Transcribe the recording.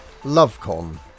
LoveCon